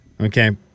Okay